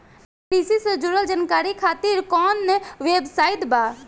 कृषि से जुड़ल जानकारी खातिर कोवन वेबसाइट बा?